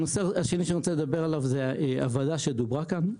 הדבר השני שאני רוצה להתייחס אליו זה הוועדה שהוזכרה כאן.